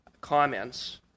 comments